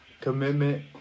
commitment